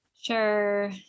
Sure